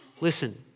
Listen